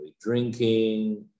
drinking